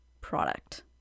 product